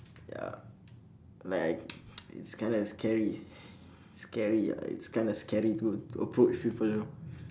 ya like I it's kind of scary scary ah it's kind of scary to to approach people you know